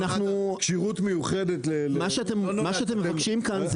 מה שאתם מבקשים כאן,